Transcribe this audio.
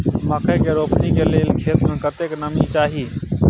मकई के रोपनी के लेल खेत मे कतेक नमी चाही?